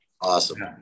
Awesome